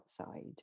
outside